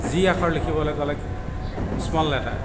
G আখৰ লিখিবলৈ ক'লে স্মল লেটাৰ